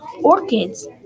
Orchids